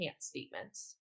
statements